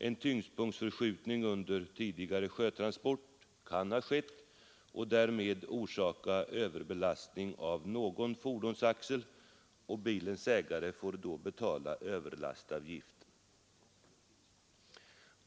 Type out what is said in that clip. En tyngdpunktsförskjutning under tidigare sjötransport kan ha skett och därmed orsakat överbelastning av någon fordonsaxel — och bilens ägare får då betala överlastavgift.